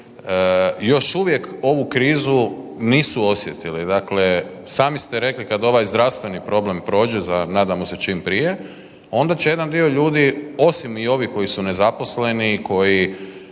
još uvijek ovu krizu nisu osjetili. Dakle, sami ste rekli kad ovaj zdravstveni problem prođe za, nadamo se čim prije onda će jedan dio ljudi osim i ovi koji su nezaposleni i koji